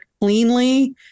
cleanly